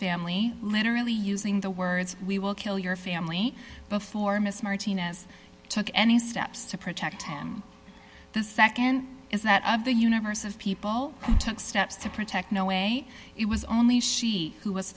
family literally using the words we will kill your family before miss martinez took any steps to protect him the nd is that of the universe of people took steps to protect no way it was only she who was